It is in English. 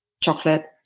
chocolate